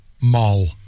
Mall